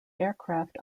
aircraft